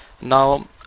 now